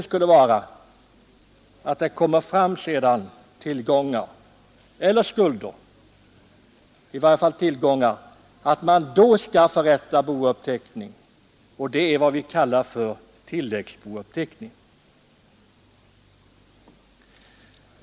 Skulle det sedan visa sig att tillgångar eller skulder finns — i varje fall tillgångar — då fick man göra upp en s.k. tilläggsbouppteckning.